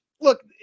look